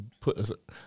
put